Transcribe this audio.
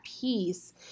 peace